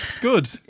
good